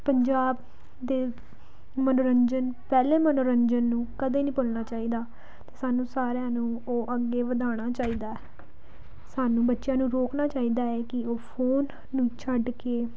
ਪੰਜਾਬ ਦੇ ਮਨੋਰੰਜਨ ਪਹਿਲੇ ਮਨੋਰੰਜਨ ਨੂੰ ਕਦੇ ਨਹੀਂ ਭੁੱਲਣਾ ਚਾਹੀਦਾ ਅਤੇ ਸਾਨੂੰ ਸਾਰਿਆਂ ਨੂੰ ਉਹ ਅੱਗੇ ਵਧਾਉਣਾ ਚਾਹੀਦਾ ਸਾਨੂੰ ਬੱਚਿਆਂ ਨੂੰ ਰੋਕਣਾ ਚਾਹੀਦਾ ਹੈ ਕਿ ਉਹ ਫੋਨ ਨੂੰ ਛੱਡ ਕੇ